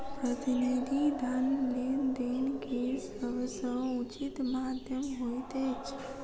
प्रतिनिधि धन लेन देन के सभ सॅ उचित माध्यम होइत अछि